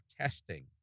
testing